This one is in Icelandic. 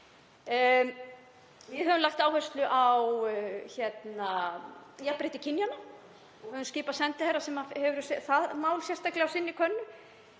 Við höfum lagt áherslu á jafnrétti kynjanna og skipað sendiherra sem hefur það mál sérstaklega á sinni könnu.